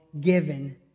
given